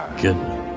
goodness